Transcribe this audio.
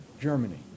Germany